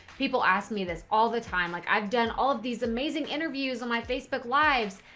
people ask me this all the time, like i've done all of these amazing interviews on my facebook lives.